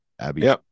abby